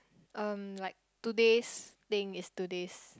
um like today's thing is today's